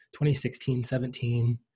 2016-17